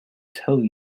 tell